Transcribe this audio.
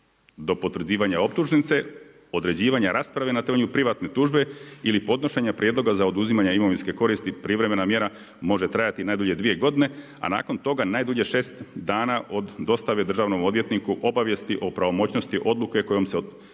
Do potvrđivanja optužnice, određivanja rasprave na temelju privatne tužbe ili podnošenja prijedloga za oduzimanje imovinske koristi privremena mjera može trajati najdulje dvije godine, a nakon toga najdulje 6 dana od dostave državnom odvjetniku obavijesti o pravomoćnosti odluke kojom se oduzeta